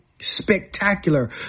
spectacular